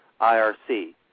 IRC